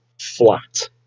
flat